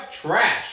trash